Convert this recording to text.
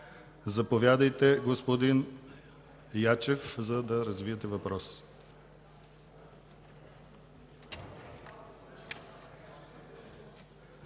Заповядайте, господин Ячев, за да развиете въпроса